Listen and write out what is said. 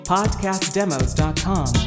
PodcastDemos.com